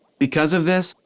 because of this,